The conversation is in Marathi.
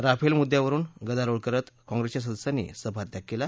राफेल मुद्दयावर गदारोळ करत काँग्रेसच्या सदस्यांनी सभात्याग केला